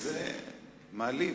יש לך גב רחב, ענק, וזה מעליב,